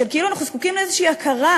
שכאילו אנחנו זקוקים לאיזו הכרה,